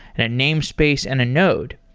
and a namespace, and a node.